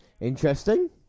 Interesting